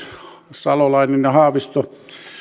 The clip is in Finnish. salolainen ja haavisto